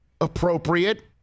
appropriate